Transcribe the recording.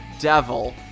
devil